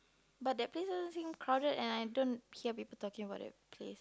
but that place is think crowded and I don't hear people talking about that place